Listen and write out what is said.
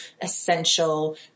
essential